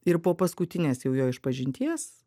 ir po paskutinės jau jo išpažinties